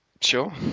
Sure